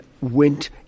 went